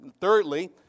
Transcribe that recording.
thirdly